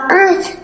earth